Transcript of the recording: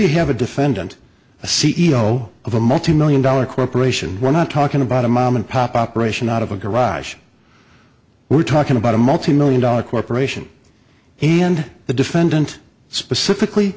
you have a defendant a c e o of a multi million dollar corporation we're not talking about a mom and pop operation out of a garage we're talking about a multi million dollar corporation and the defendant specifically